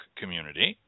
community